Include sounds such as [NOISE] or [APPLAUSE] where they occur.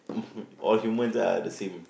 [LAUGHS] all humans are the same